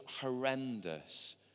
horrendous